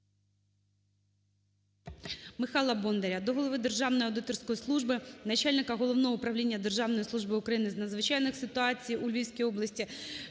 Михайла Бондаря до голови Державної аудиторської служби, начальника Головного управління Державної служби України з надзвичайних ситуацій у Львівської області